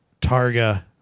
Targa